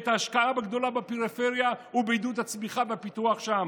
את ההשקעה הגדולה בפריפריה ובעידוד הצמיחה והפיתוח שם.